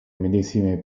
medesime